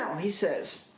he says,